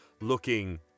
looking